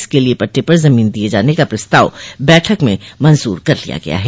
इसके लिये पटटे पर जमीन दिये जाने का प्रस्ताव बैठक में मंजूर कर लिया गया है